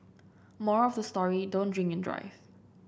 moral of the story don't drink and drive